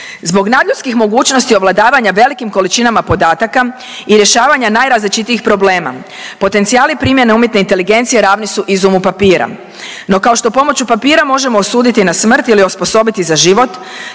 zbog nadljudskih mogućnosti ovladavanja velikim količinama podataka i rješavanja najrazličitijih problema potencijali primjene umjetne inteligencije ravni su izumu papira, no kao što pomoću papira možemo osuditi na smrt ili osposobiti za život